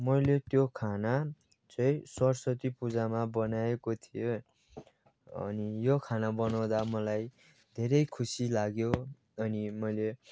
मैले त्यो खाना चाहिँ सरस्वती पूजामा बनाएको थिएँ अनि यो खाना बनाउँदा मलाई धेरै खुसी लाग्यो अनि मैले